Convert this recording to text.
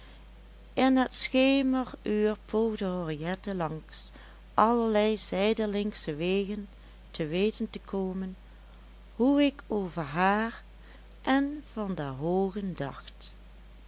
in het schemeruur poogde henriette langs allerlei zijdelingsche wegen te weten te komen hoe ik over haar en van der hoogen dacht